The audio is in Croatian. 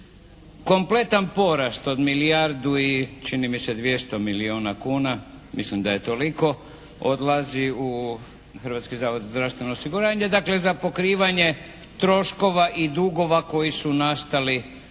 Kompletan porast od milijardu i čini mi se 200 milijuna kuna, mislim da je toliko, odlazi u Hrvatski zavod za zdravstveno osiguranje, dakle za pokrivanje troškova i dugova koji su nastali